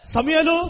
Samuel